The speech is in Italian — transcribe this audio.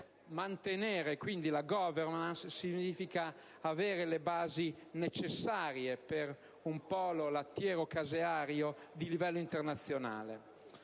Mantenere quindi la *governance* significa avere le basi necessarie per un polo lattiero-caseario di livello internazionale.